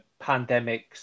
pandemics